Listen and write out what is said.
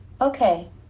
Okay